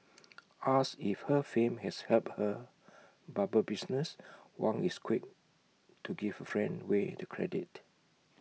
asked if her fame has helped her barber business Wang is quick to give her friend way the credit